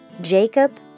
Jacob